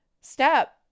step